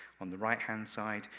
on the right-hand side,